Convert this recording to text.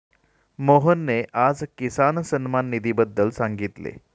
मोहनने आज किसान सन्मान निधीबद्दल सांगितले